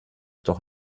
doch